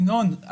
ינון,